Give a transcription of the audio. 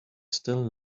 still